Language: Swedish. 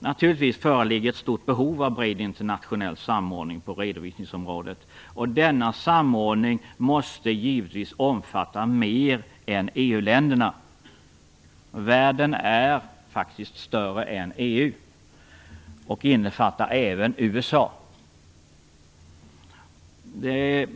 Naturligtvis föreligger ett stort behov av en bred internationell samordning på redovisningsområdet, och denna samordning måste givetvis omfatta mer än EU-länderna - världen är faktiskt större än EU - och innefatta även USA.